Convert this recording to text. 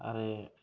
आरो